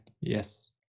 Yes